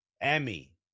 Emmy